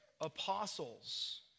apostles